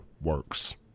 works